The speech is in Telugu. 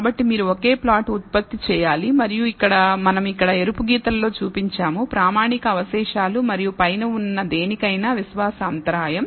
కాబట్టి మీరు ఒకే ప్లాట్ ఉత్పత్తి చేయాలి మరియు మనం ఇక్కడ ఎరుపు గీతలలో చూపించాము ప్రామాణిక అవశేషాలు మరియు పైన ఉన్న దేనికైనా విశ్వాస అంతరాయం